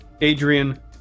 Adrian